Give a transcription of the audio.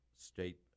State